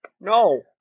No